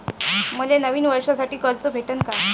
मले नवीन वर्षासाठी कर्ज भेटन का?